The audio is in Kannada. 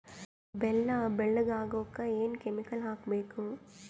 ಬೆಲ್ಲ ಬೆಳಗ ಆಗೋಕ ಏನ್ ಕೆಮಿಕಲ್ ಹಾಕ್ಬೇಕು?